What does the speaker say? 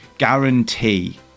Guarantee